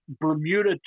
Bermuda